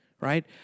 right